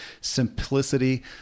simplicity